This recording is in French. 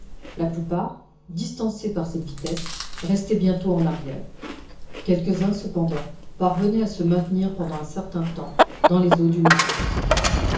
la plupart distancés par cette vitesse restaient bientôt en arrière quelques-uns cependant parvenaient à se maintenir pendant un certain temps dans les eaux du nautilus